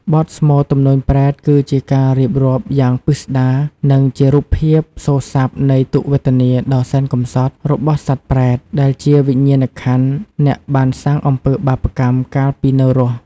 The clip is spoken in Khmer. បទស្មូត ទំនួញប្រេត គឺជាការរៀបរាប់យ៉ាងពិស្ដារ និងជារូបភាពសូរស័ព្ទនៃ ទុក្ខវេទនាដ៏សែនកម្សត់ របស់សត្វប្រេត ដែលជាវិញ្ញាណក្ខន្ធអ្នកបានសាងអំពើបាបកម្មកាលពីនៅរស់។